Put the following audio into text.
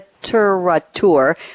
Literature